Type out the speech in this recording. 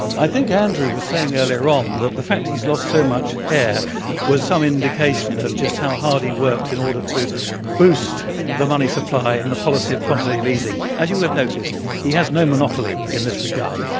i think andrew was saying earlier on um that the fact he's lost so much hair was some indication of just how hard he worked in order to boost the money supply and the policy of quantitative easing. as you will have noticed, he has no monopoly in this regard.